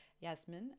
Yasmin